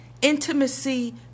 Intimacy